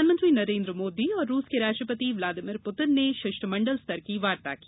प्रधानमंत्री नरेन्द्र मोदी और रूस के राष्ट्रपति व्लादिमीर पुतिन ने शिष्टमंडल स्तर की वार्ता की